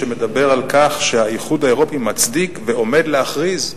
שמדבר על כך שהאיחוד האירופי מצדיק ועומד להכריז,